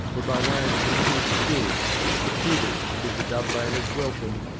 were by way of a committee of stewards deputed to bid the dove laners welcome,